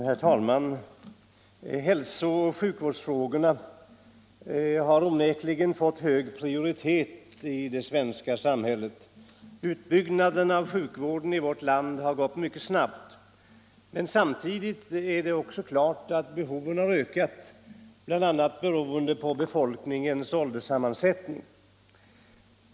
Herr talman! Hälsooch sjukvårdsfrågorna har onekligen fått hög prioritet i det svenska samhället. Utbyggnaden av sjukvården i vårt land har gått mycket snabbt. Samtidigt är det klart att behoven har ökat, bl.a. beroende på befolkningens ålderssammansättning.